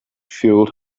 filled